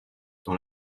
dans